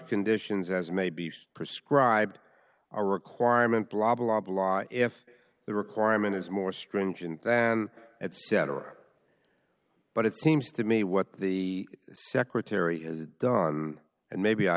conditions as may be prescribed a requirement blah blah blah if the requirement is more stringent than etc but it seems to me what the secretary has done and maybe i